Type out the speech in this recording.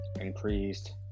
increased